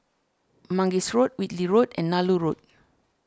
Mangis Road Whitley Road and Nallur Road